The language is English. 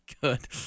good